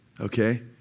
Okay